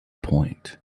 point